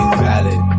valid